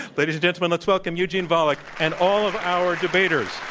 ladies and gentlemen, let's welcome eugene volokh and all of our debaters.